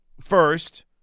First